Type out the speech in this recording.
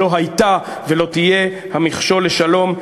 לא הייתה ולא תהיה המכשול לשלום.